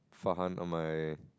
Farhan and my